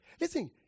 Listen